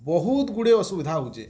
ବହୁତ ଗୁଡ଼େ ଅସୁବିଧା ହଉଛି